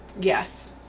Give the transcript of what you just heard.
Yes